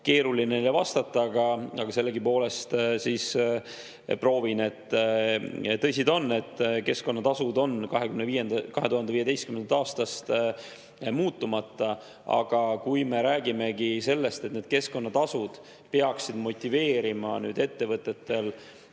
keeruline vastata, aga sellegipoolest proovin. Tõsi ta on, et keskkonnatasud on 2015. aastast muutumata. Aga kui me räägime sellest, et keskkonnatasud peaksid motiveerima ettevõtteid